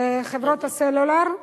חברות הסלולר.